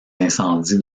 incendies